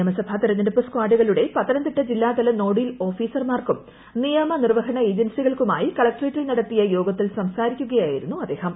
നിയമസഭ തെരഞ്ഞെടുപ്പ് സ്കാന്ധ്രൂകളുടെ പത്തനംതിട്ട ജില്ലാതല നോഡൽ ഓഫീസർമാർക്കും നിയ്മ നിർവഹണ ഏജൻസികൾക്കുമായി കളക്ടറേറ്റിൽ നടത്തിയ യോഗത്തിൽ സംസാരിക്കുകയായിരുന്നു അദ്ദേഹം